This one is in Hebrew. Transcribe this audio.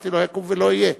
ואמרתי: לא יקום ולא יהיה.